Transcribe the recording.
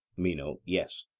meno yes.